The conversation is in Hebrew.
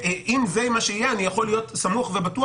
אם זה מה שיהיה, אני יכול להיות סמוך ובטוח